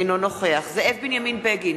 אינו נוכח זאב בנימין בגין,